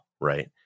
right